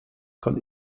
kann